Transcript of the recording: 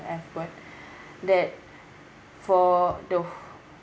I have quote that for the